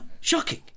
shocking